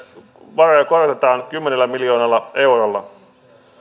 varoja korotetaan kymmenellä miljoonalla eurolla